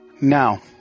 Now